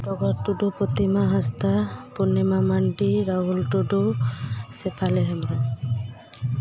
ᱰᱚᱜᱚᱨ ᱴᱩᱰᱩ ᱯᱨᱚᱛᱤᱢᱟ ᱦᱟᱸᱥᱫᱟ ᱯᱩᱱᱱᱤᱢᱟ ᱢᱟᱱᱰᱤ ᱨᱟᱦᱩᱞ ᱴᱩᱰᱩ ᱥᱮᱯᱷᱟᱞᱤ ᱦᱮᱢᱵᱨᱚᱢ